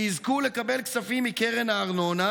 שיזכו לקבל כספים מקרן הארנונה